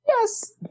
yes